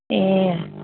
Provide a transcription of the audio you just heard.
ए